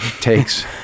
takes